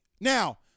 Now